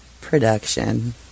production